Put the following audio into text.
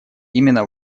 именно